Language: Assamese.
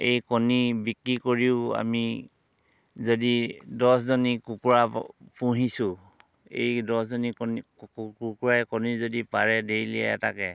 এই কণী বিক্ৰী কৰিও আমি যদি দহজনী কুকুৰা পুহিছোঁ এই দহজনী কণী কুকু কুকুৰাই কণী যদি পাৰে ডেইলী এটাকৈ